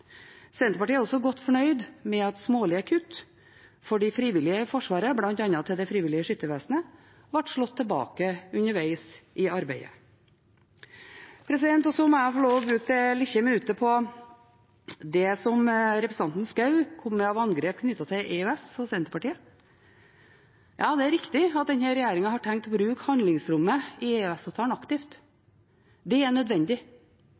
Senterpartiet er også godt fornøyd med at smålige kutt for de frivillige i forsvaret, bl.a. til Det frivillige Skyttervesen, ble slått tilbake undervegs i arbeidet. Så må jeg få lov til å bruke et lite minutt på det som representanten Schou kom med av angrep på Senterpartiet knyttet til EØS. Ja, det er riktig at denne regjeringen har tenkt å bruke handlingsrommet i EØS-avtalen aktivt. Det er nødvendig.